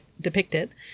depicted